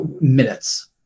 minutes